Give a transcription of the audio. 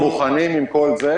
אנחנו מוכנים עם כל זה,